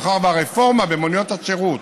מאחר שהרפורמה במוניות השירות,